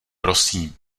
prosím